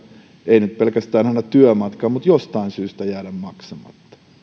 ei nyt pelkästään aina työmatkan takia mutta jostain syystä jäädä maksamatta